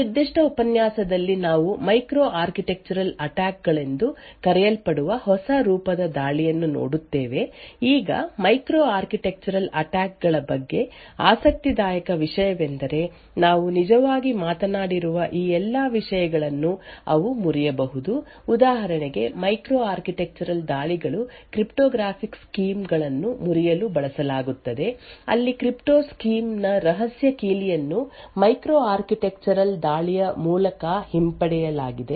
ಈ ನಿರ್ದಿಷ್ಟ ಉಪನ್ಯಾಸದಲ್ಲಿ ನಾವು ಮೈಕ್ರೋ ಆರ್ಕಿಟೆಕ್ಚರಲ್ ಅಟ್ಯಾಕ್ ಗಳೆಂದು ಕರೆಯಲ್ಪಡುವ ಹೊಸ ರೂಪದ ದಾಳಿಯನ್ನು ನೋಡುತ್ತೇವೆ ಈಗ ಮೈಕ್ರೋ ಆರ್ಕಿಟೆಕ್ಚರಲ್ ಅಟ್ಯಾಕ್ ಗಳ ಬಗ್ಗೆ ಆಸಕ್ತಿದಾಯಕ ವಿಷಯವೆಂದರೆ ನಾವು ನಿಜವಾಗಿ ಮಾತನಾಡಿರುವ ಈ ಎಲ್ಲಾ ವಿಷಯಗಳನ್ನು ಅವು ಮುರಿಯಬಹುದು ಉದಾಹರಣೆಗೆ ಮೈಕ್ರೋ ಆರ್ಕಿಟೆಕ್ಚರಲ್ ದಾಳಿಗಳು ಕ್ರಿಪ್ಟೋಗ್ರಾಫಿಕ್ ಸ್ಕೀಮ್ ಗಳನ್ನು ಮುರಿಯಲು ಬಳಸಲಾಗುತ್ತದೆ ಅಲ್ಲಿ ಕ್ರಿಪ್ಟೋ ಸ್ಕೀಮ್ನ ರಹಸ್ಯ ಕೀಲಿಯಲ್ಲಿ ಮೈಕ್ರೋ ಆರ್ಕಿಟೆಕ್ಚರಲ್ ದಾಳಿಯ ಮೂಲಕ ಹಿಂಪಡೆಯಲಾಗಿದೆ